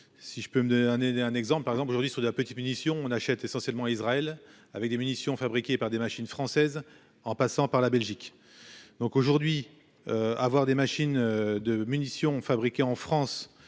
Si je peux me de un et un exemple par exemple aujourd'hui sur de la petite munition on achète essentiellement Israël avec des munitions fabriquées par des machines françaises en passant par la Belgique. Donc aujourd'hui. Avoir des machines de munitions fabriquées en France